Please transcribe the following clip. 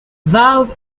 valve